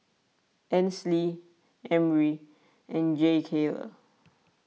Ansley Emry and Jakayla